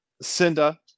cinda